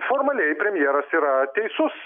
formaliai premjeras yra teisus